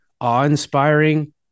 awe-inspiring